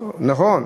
נכון.